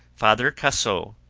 father casot,